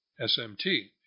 smt